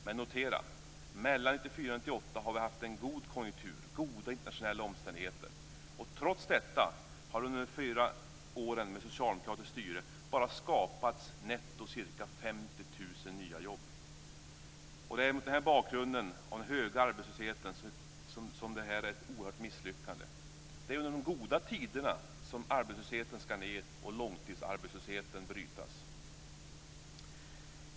Men notera: Mellan 1994 och 1998 har vi haft en god konjunktur, goda internationella omständigheter. Trots detta har det under de fyra åren med socialdemokratiskt styre bara skapats netto ca 50 000 nya jobb. Detta är mot bakgrund av den höga arbetslösheten ett oerhört misslyckande. Det är ju under de goda tiderna som arbetslösheten skall ned och långtidsarbetslösheten brytas.